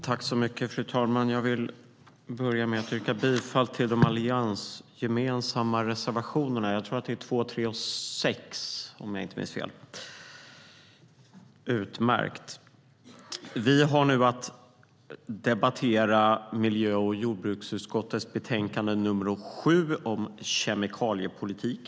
Fru talman! Jag vill börja med att yrka bifall till de alliansgemensamma reservationerna. Jag tror att det är reservationerna 2, 3 och 6. Vi har nu att debattera miljö och jordbruksutskottets betänkande nr 7 om kemikaliepolitik.